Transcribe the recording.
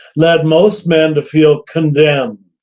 led most men to feel condemned,